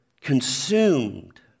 consumed